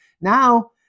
Now